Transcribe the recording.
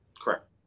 Correct